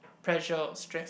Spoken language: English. pressure or stress